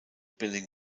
building